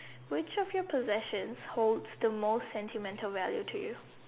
which of your possessions holds the most sentimental value to you